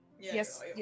Yes